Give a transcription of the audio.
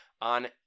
on